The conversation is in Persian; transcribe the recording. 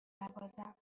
نوازم